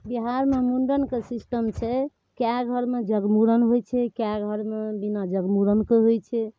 बिहारमे मुण्डनके सिस्टम छै कए घरमे जगमुरन होइ छै कए घरमे बिना जगमुरनके होइ छै